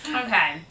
Okay